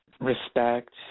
Respect